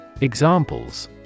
Examples